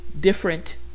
different